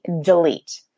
delete